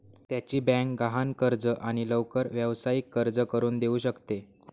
त्याची बँक गहाण कर्ज आणि लवकर व्यावसायिक कर्ज करून देऊ शकते